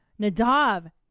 Nadav